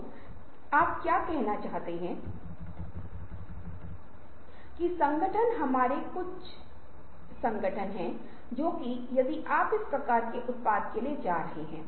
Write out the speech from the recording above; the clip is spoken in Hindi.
तो आप देखते हैं कि आप निश्चित रूप से नए विचारों के साथ आने में सक्षम हैं जो अगर आप इसे लिंक नहीं कर रहे हैं यदि आपने उन्हें शुरुआत में ही अलग कर दिया था मुझे खेद है कि यदि आप अलग थलग नहीं किया हैं यदि आप उनके एक साथ होने के बारे में सोचा रहे है आप इस के साथ नहीं आए हैं क्योंकि ये असतत विचार हैं